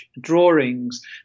drawings